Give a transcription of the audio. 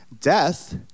death